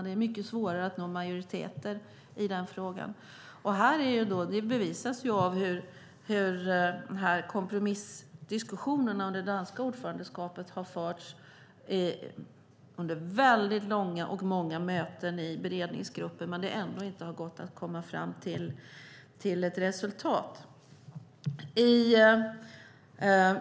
Det är mycket svårare att nå majoriteter i den frågan. Det bevisas av hur kompromissdiskussionen under danska ordförandeskapet har förts under väldigt långa och många möten i beredningsgruppen utan att det har gått att komma fram till ett resultat.